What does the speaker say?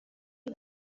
y’u